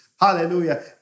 hallelujah